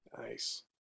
Nice